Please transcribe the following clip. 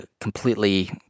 completely